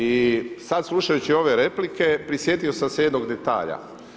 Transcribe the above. I sad slušajući ove replike, prisjetio sam se jednog detalja.